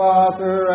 Father